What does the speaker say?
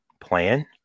plan